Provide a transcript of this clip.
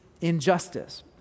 injustice